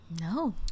No